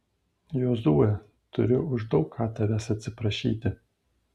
jozue turiu už daug ką tavęs atsiprašyti